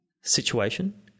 situation